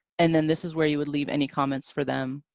and then this is where you would leave any comments for them.